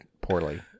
poorly